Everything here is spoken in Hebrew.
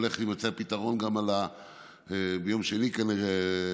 הולך להימצא פתרון, ביום שני, כנראה.